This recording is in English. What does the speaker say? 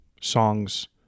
songs